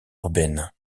urbaine